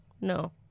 no